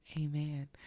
Amen